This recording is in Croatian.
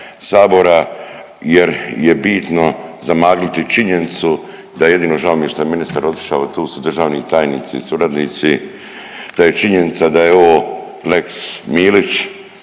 Sabora jer je bitno zamagliti činjenicu, da jedino žao mi je šta je ministar otišao tu su državni tajnici suradnici, da je činjenica je ovo lex Milić